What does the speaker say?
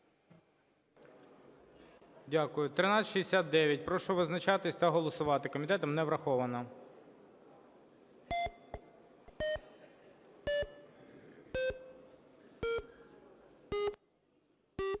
Дякую. 1369. Прошу визначатись та голосувати. Комітетом не враховано.